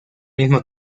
mismo